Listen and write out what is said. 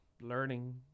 learning